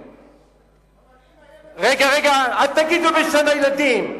הם הולכים מהר, רגע, רגע, אל תגידו בשם הילדים.